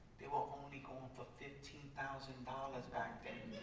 they were only going for fifteen thousand dollars back then.